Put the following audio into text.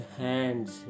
hands